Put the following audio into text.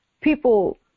People